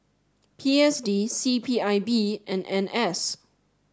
P S D C P I B and N S